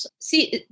see